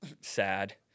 sad